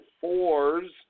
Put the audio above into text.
fours